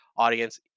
audience